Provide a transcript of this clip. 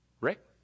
Rick